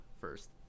first